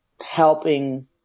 helping